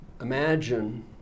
imagine